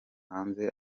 hanze